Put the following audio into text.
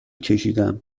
کشیدم